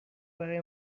برای